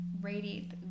radiate